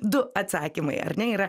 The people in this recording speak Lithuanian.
du atsakymai ar ne yra